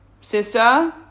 sister